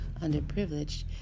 underprivileged